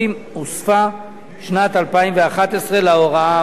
הוספה שנת 2011 להוראה האמורה.